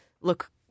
look